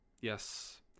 Yes